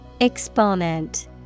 Exponent